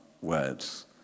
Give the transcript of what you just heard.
words